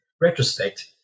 retrospect